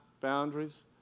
boundaries